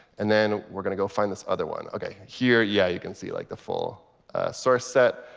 and then we're going to go find this other one. ok, here yeah you can see like the full source set.